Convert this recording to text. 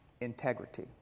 integrity